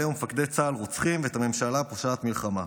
ומפקדי צה"ל "רוצחים" ואת הממשלה "פושעת מלחמה".